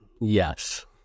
Yes